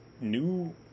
new